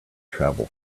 travel